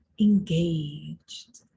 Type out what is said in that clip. engaged